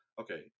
okay